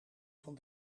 van